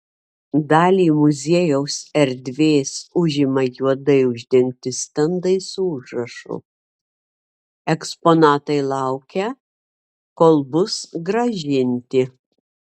dalį muziejaus erdvės užima juodai uždengti stendai su užrašu eksponatai laukia kol bus grąžinti